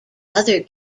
other